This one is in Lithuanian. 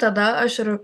tada aš ir